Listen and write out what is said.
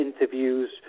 interviews